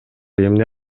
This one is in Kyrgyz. эмне